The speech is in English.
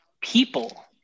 people